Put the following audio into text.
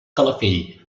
calafell